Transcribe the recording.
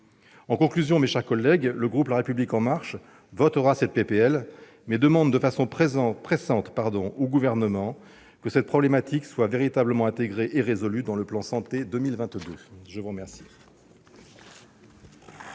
En conclusion, mes chers collègues, le groupe La République En Marche votera cette proposition de loi, mais demande de façon pressante au Gouvernement que cette problématique soit véritablement intégrée et résolue dans le plan « Ma santé 2022 ». La parole